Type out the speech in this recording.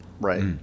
right